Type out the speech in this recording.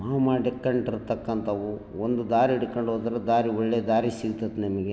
ನಾವು ಮಾಡಿಕ್ಕಂಡಿರ್ತಕ್ಕಂಥವು ಒಂದು ದಾರಿ ಹಿಡ್ಕೊಂಡು ಹೋದ್ರೆ ದಾರಿ ಒಳ್ಳೆ ದಾರಿ ಸಿಕ್ತದೆ ನಿಮಗೆ